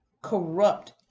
corrupt